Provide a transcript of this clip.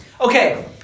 Okay